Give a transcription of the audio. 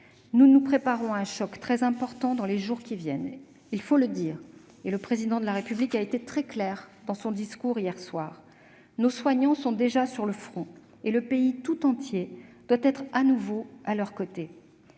Nous nous préparons à un choc très important dans les jours qui viennent. Il faut le dire, et le Président de la République a été très clair dans son discours, hier soir. Nos soignants sont déjà sur le front et le pays tout entier doit être à nouveau à leurs côtés.